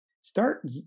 start